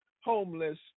homeless